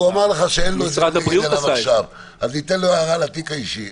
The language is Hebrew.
אז הוא אמר לך שאין לו את זה --- אז ניתן לו הערה על התיק האישי.